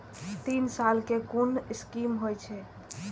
तीन साल कै कुन स्कीम होय छै?